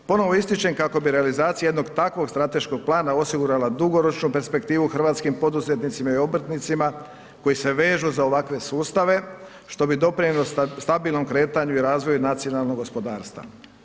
Ponovo ističem kako bi realizacija jednog takvog strateškog plana osigurala dugoročnu perspektivu hrvatskim poduzetnicima i obrtnicima koji se vežu za ovakve sustave, što bi doprinijelo stabilnom kretanju i razvoju nacionalnog gospodarstva.